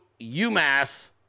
UMass